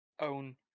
own